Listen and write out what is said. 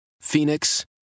Phoenix